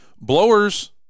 Blowers